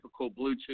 Bluetooth